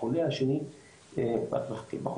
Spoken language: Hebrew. החולה השני מחכה בחוץ.